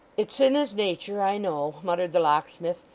it's in his nature, i know muttered the locksmith,